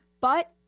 but-